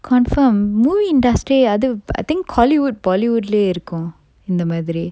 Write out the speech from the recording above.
confirm movie industry அது:athu I think hollywood bollywood lah இருக்கும் இந்த மாதிரி:irukkum intha madiri